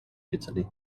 italy